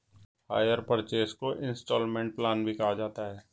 higher purchase को instalment plan भी कहा जाता है